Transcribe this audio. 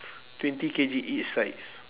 twenty K_G each sides